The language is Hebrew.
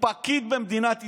פקיד במדינת ישראל,